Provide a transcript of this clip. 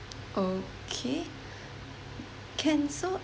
okay can so